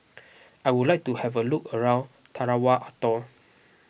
I would like to have a look around Tarawa Atoll